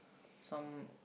some